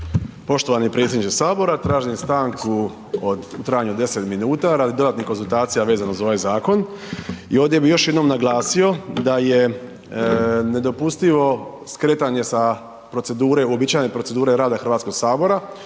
Poštovani predsjedniče sabora, tražim stanku od, u trajanju od 10 minuta radi dodatnih konzultacija vezanih uz ovaj zakon. I ovdje bih još jednom naglasio da je nedopustivo skretanje sa procedure, uobičajene procedure rada Hrvatskog sabora